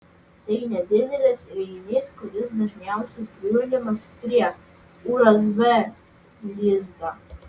tai nedidelis įrenginys kuris dažniausiai prijungiamas prie usb lizdo